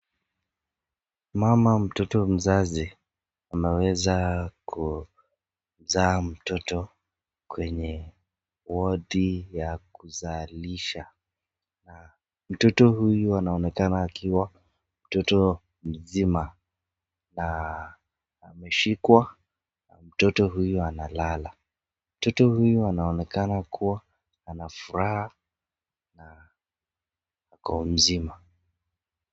Mama mtoto mzazi anaweza kuzaa mtoto kwenye wodi ya kuzalisha. Mtoto huyu anaonekana akiwa mtoto mzima na ameshikwa, mtoto huyu analala. Mtoto huyu anaonekana kuwa ana furaha na ako mzima.